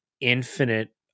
infinite